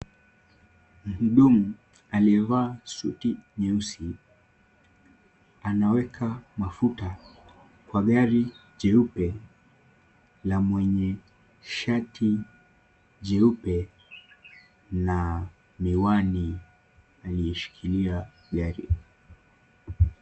Muhudumu aliyevaa suti nyeusi ,anaweka mafuta kwa gari jeupe la mwenye shati jeupe na miwani ,aliyeshikilia gari.